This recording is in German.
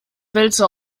wälzer